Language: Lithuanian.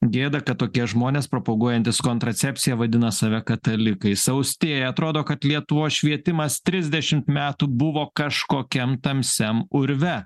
gėda kad tokie žmonės propaguojantys kontracepciją vadina save katalikais austėja atrodo kad lietuvos švietimas trisdešimt metų buvo kažkokiam tamsiam urve